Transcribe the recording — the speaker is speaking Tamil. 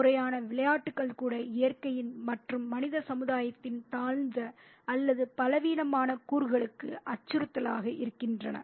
முறையான விளையாட்டுகள் கூட இயற்கையின் மற்றும் மனித சமுதாயத்தின் தாழ்ந்த அல்லது பலவீனமான கூறுகளுக்கு அச்சுறுத்தலாக இருக்கின்றன